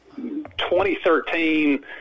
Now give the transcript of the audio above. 2013